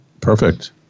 Perfect